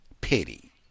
pity